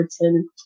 written